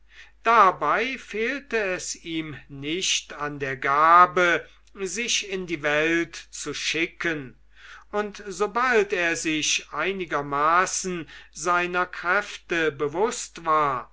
dabei fehlte es ihm nicht an der gabe sich in die welt zu schicken und sobald er sich einigermaßen seiner kräfte bewußt war